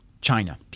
China